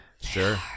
Sure